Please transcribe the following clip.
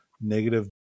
negative